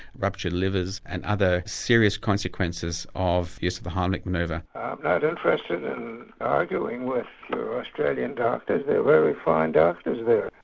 ruptured livers and other serious serious consequences of this heimlich manoeuvre. i am not interested in arguing with your australian doctors, there are very fine doctors there,